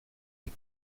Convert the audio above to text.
les